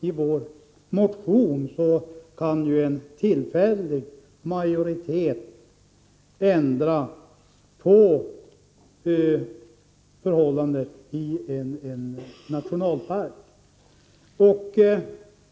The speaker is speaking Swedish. I vår motion påtalar vi dock att tillfälliga majoriteter kan åstadkomma ändringar vad gäller nationalparkerna.